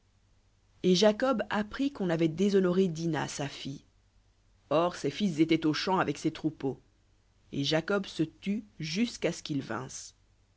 et jacob apprit qu'on avait déshonoré dina sa fille or ses fils étaient aux champs avec ses troupeaux et jacob se tut jusqu'à ce qu'ils vinssent